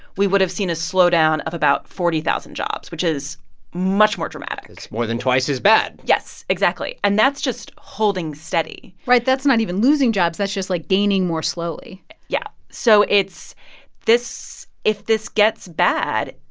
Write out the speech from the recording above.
we would have seen a slowdown of about forty thousand jobs, which is much more dramatic it's more than twice as bad yes, exactly. and that's just holding steady right. that's not even losing jobs. that's just, like, gaining more slowly yeah. so it's this if this gets bad,